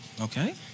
Okay